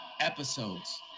episodes